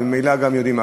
וממילא גם יודעים,